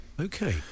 Okay